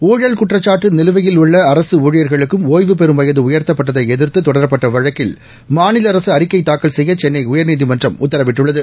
ஊழல் குற்றச்சாட்டு நிலுவையில் உள்ள அரசு ஊழியா்களுக்கும் ஒய்வுபெறும் வயது உயா்த்தப்பட்டதை எதிா்த்து தொடரப்பட்ட வழக்கில் மாநில அரசு அறிக்கை தாக்கல் செய்ய சென்னை உயா்நீதிமன்றம் உத்தரவிட்டுள்ளது